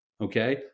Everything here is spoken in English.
Okay